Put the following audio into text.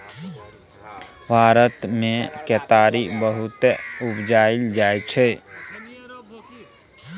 भारत मे केतारी बहुते उपजाएल जाइ छै